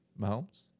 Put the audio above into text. Mahomes